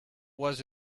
was